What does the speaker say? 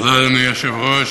אדוני היושב-ראש,